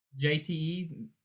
JTE